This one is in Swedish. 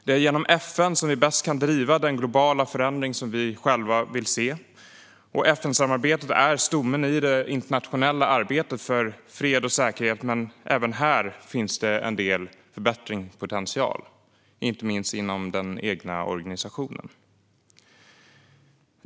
Det är genom FN som vi bäst kan driva den globala förändring som vi själva vill se, och FN-samarbetet är stommen i det internationella arbetet för fred och säkerhet, men även här finns en förbättringspotential, inte minst inom den egna organisationen.